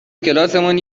کلاسمون